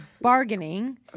bargaining